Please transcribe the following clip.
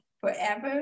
forever